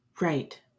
Right